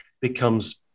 becomes